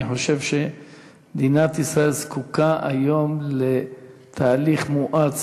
אני חושב שמדינת ישראל זקוקה היום לתהליך מואץ